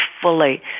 fully